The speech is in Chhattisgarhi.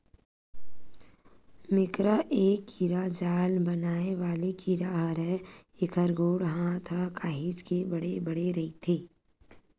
मेकरा ए कीरा जाल बनाय वाले कीरा हरय, एखर गोड़ हात ह काहेच के बड़े बड़े रहिथे